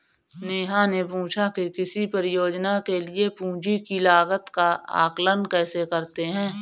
नेहा ने पूछा कि किसी परियोजना के लिए पूंजी की लागत का आंकलन कैसे करते हैं?